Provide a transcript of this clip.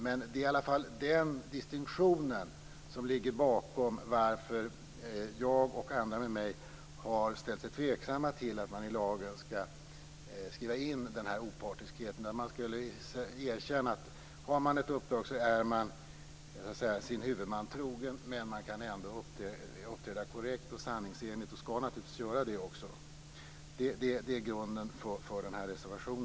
Men det är i alla fall den distinktionen som är orsaken till att jag och andra med mig har ställt oss tveksamma till att man i lagen skall skriva in denna opartiskhet. Man skulle erkänna att om man har ett uppdrag så är man sin huvudman trogen men att man ändå kan uppträda korrekt och sanningsenligt och naturligtvis skall göra det. Det är grunden till denna reservation.